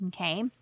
okay